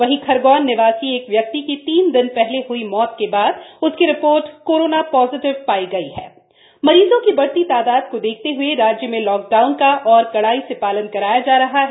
वहीं खरगोन निवासी एक व्यक्ति की तीन दिन पूर्व हयी मौत के बाद उसकी रिपोर्ट कोरोना पॉजिटिव पायी गयी हथ मरीजों की बढ़ती तादाद को देखते हुए राज्य में लॉकडाउन का और कड़ाई से पालन कराया जा रहा है